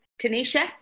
tanisha